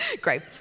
Great